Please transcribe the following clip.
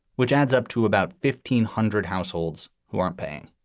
which adds up to about fifteen hundred households who aren't paying.